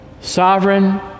sovereign